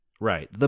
Right